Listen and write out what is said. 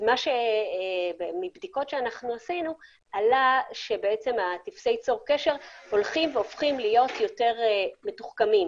מבדיקות שעשינו עלה שטופסי הצור קשר הולכים והפכים להיות יותר מתוחכמים.